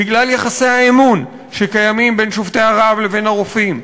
בגלל יחסי האמון שקיימים בין שובתי הרעב לבין הרופאים,